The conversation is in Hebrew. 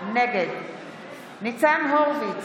נגד ניצן הורוביץ,